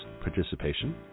participation